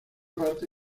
parte